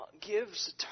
gives